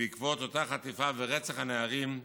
בעקבות אותה חטיפה ורצח הנערים,